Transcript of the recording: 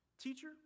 Teacher